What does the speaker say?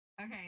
Okay